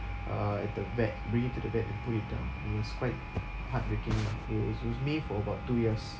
uh at the vet bring it to the vet and put it down it was quite heartbreaking lah it was with me for about two years